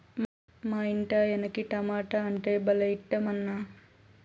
మా ఇంటాయనకి టమోటా అంటే భలే ఇట్టమన్నా